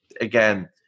again